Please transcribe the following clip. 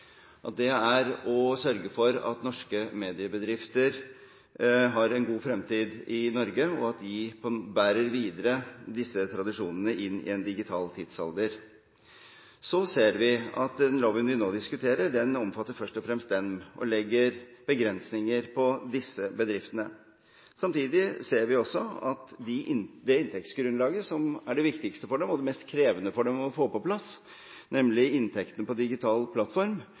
det – er å sørge for at norske mediebedrifter har en god fremtid i Norge, og at de bærer videre disse tradisjonene inn i en digital tidsalder. Så ser vi at den loven vi nå diskuterer, omfatter først og fremst dem – og legger begrensninger på disse bedriftene. Samtidig ser vi at det inntektsgrunnlaget som er det viktigste for dem, og det mest krevende for dem å få på plass, nemlig inntektene på digital plattform,